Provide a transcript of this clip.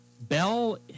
Bell